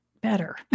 better